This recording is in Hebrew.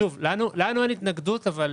אין לנו התנגדות, אבל